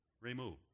removed